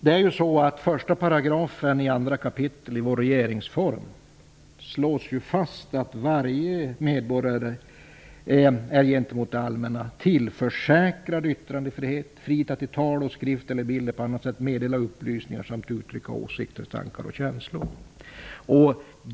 I 2 kap. 1 § regeringsformen slås fast att varje medborgare är gentemot det allmänna tillförsäkrad ''yttrandefrihet: frihet att i tal, skrift eller bild eller på annat sätt meddela upplysningar samt uttrycka tankar, åsikter och känslor''.